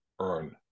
earn